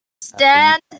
Stand